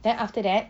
then after that